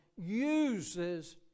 uses